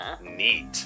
Neat